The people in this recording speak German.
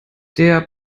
der